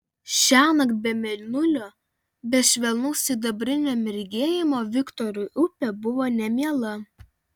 šiąnakt be mėnulio be švelnaus sidabrinio mirgėjimo viktorui upė buvo nemiela